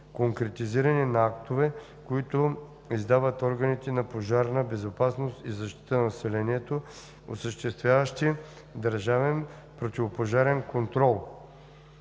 конкретизиране на актовете, които издават органите по пожарна безопасност и защита на населението, осъществяващи държавен противопожарен контрол,